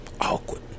awkward